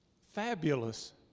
fabulous